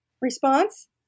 response